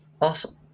Awesome